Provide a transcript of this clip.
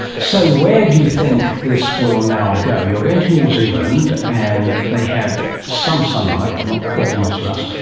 so where do you think this will now go? you're going to new zealand and they have some sunlight but not quite as much as us.